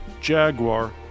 Jaguar